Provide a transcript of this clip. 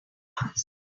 hours